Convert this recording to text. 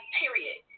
period